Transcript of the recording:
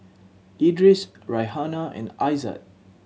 Idris Raihana and Aizat